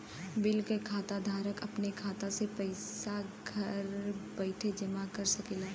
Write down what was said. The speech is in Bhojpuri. बिल के खाता धारक अपने खाता मे पइसा घर बइठे जमा करा सकेला